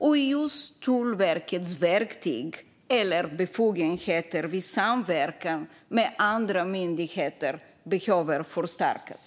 Och just Tullverkets verktyg eller befogenheter vid samverkan med andra myndigheter behöver förstärkas.